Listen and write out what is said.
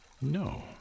No